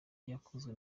yakozwe